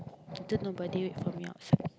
later nobody wait for me outside